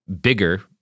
bigger